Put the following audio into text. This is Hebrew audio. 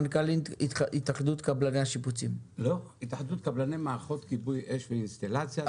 מנכ"ל התאחדות קבלני מערכות כיבוי אש ואינסטלציה.